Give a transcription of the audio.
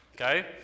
Okay